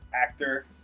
actor